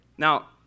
Now